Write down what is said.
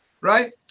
Right